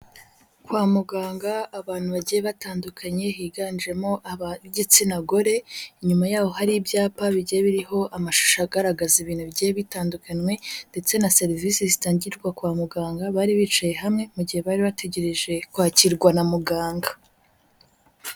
Kwa muganga abantu bagiye batandukanye higanjemo abantu b'igitsina gore inyuma yaho hari ibyapa bigiye biriho amashusho agaragaza ibintu bigiye bitandukanyekanwe, ndetse na serivisi zitangirwa kwa muganga bari bicaye hamwe mu gihe bari bategereje kwakirwa na muganga.